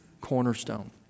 cornerstone